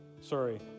Sorry